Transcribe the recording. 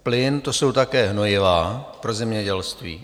Plyn, to jsou také hnojiva pro zemědělství.